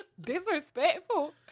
Disrespectful